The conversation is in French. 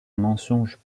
mensonge